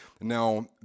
Now